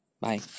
bye